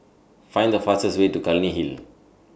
Find The fastest Way to Clunny Hill